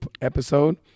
episode